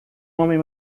homem